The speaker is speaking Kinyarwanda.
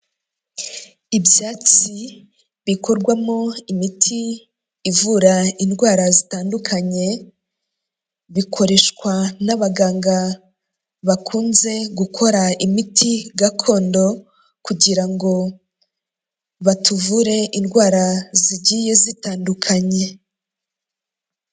Ibyatsi bikorwamo imiti ivura indwara zitandukanye, bikoreshwa n'abaganga bakunze gukora imiti gakondo kugira ngo batuvure indwara zigiye zitandukanye.